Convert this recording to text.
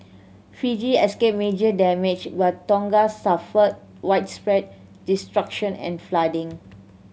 Fiji escaped major damage but Tonga suffered widespread destruction and flooding